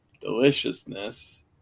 deliciousness